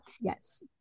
Yes